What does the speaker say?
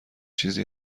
چیزی